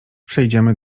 przejdziemy